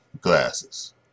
glasses